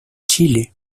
chile